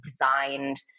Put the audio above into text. designed